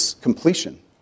completion